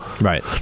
Right